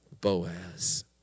Boaz